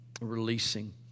releasing